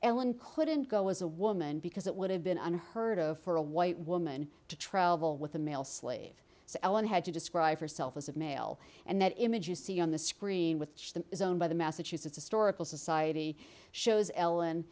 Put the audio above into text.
ellen couldn't go as a woman because it would have been unheard of for a white woman to travel with a male slave so ellen had to describe herself as of male and that image you see on the screen with them is owned by the massachusetts historical society shows ellen